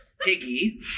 Piggy